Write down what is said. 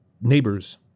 Neighbors